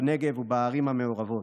בנגב ובערים המעורבות.